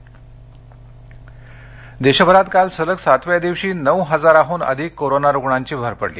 Covid आकडेवारी देशभरात काल सलग सातव्या दिवशी नऊ हजारांहून अधिक कोरोना रुग्णांची भर पडली